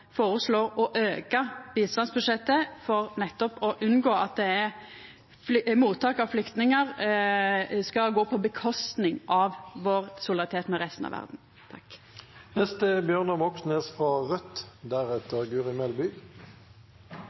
å auka bistandsbudsjettet, for nettopp å unngå at mottak av flyktningar skal gå ut over vår solidaritet med resten av verda.